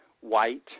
white